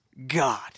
God